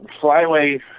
Flyway